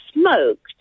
smoked